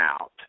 out